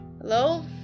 Hello